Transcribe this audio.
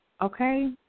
okay